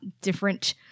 different